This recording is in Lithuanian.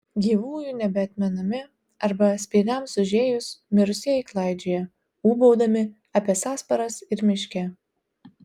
gyvųjų nebeatmenami arba speigams užėjus mirusieji klaidžioja ūbaudami apie sąsparas ir miške